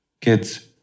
kids